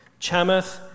Chamath